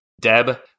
Deb